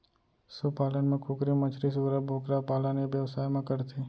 सु पालन म कुकरी, मछरी, सूरा, बोकरा पालन ए बेवसाय म करथे